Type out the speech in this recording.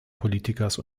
politikers